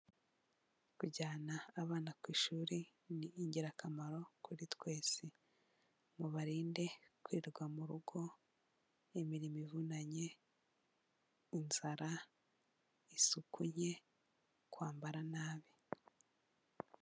Kujyana abana ku ishuri ni ingirakamaro kuri twese, mubarinde kwirirwa mu rugo, imirimo ivunanye, inzara, isuku nke, kwambara nabi.